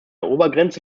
obergrenze